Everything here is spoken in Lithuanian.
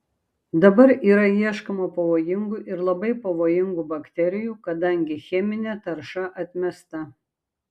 dabar yra ieškoma pavojingų ir labai pavojingų bakterijų kadangi cheminė tarša atmesta